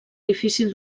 difícil